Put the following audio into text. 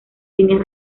líneas